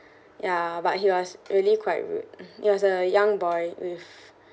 ya but he was really quite rude it was a young boy with